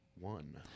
one